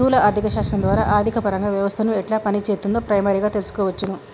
స్థూల ఆర్థిక శాస్త్రం ద్వారా ఆర్థికపరంగా వ్యవస్థను ఎట్లా పనిచేత్తుందో ప్రైమరీగా తెల్సుకోవచ్చును